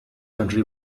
country